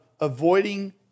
avoiding